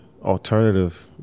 alternative